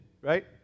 right